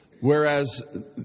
Whereas